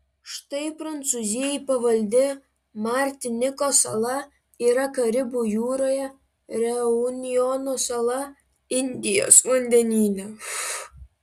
štai prancūzijai pavaldi martinikos sala yra karibų jūroje reunjono sala indijos vandenyne